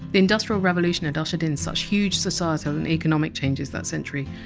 the industrial revolution had ushered in such huge societal and economic changes that century,